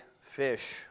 fish